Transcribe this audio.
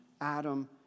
Adam